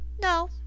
No